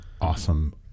awesome